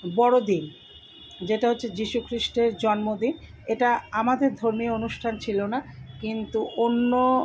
বড়দিন যেটা হচ্ছে যিশু খ্রিস্টের জন্মদিন এটা আমাদের ধর্মীয় অনুষ্ঠান ছিলো না কিন্তু অন্য